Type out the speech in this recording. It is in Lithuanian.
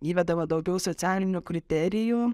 įvedama daugiau socialinių kriterijų